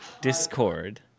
Discord